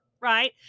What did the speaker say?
Right